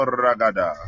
ragada